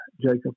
Jacob